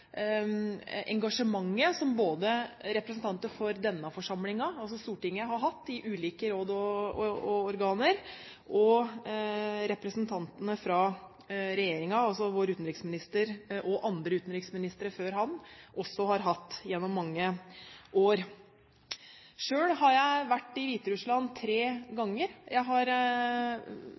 engasjementet som både representanter for denne forsamlingen, altså Stortinget, har hatt i ulike råd og organer, og representantene fra regjeringen, altså vår utenriksminister og andre utenriksministre før ham, har hatt gjennom mange år. Selv har jeg vært i Hviterussland tre ganger. Jeg har